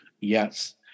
Yes